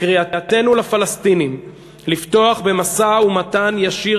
קריאתנו לפלסטינים לפתוח במשא-ומתן ישיר